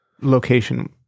location